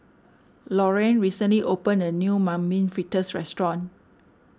Lorayne recently opened a new Mung Bean Fritters restaurant